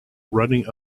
running